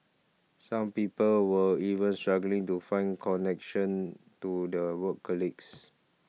some people were even struggling to find connection to their work colleagues